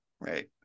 right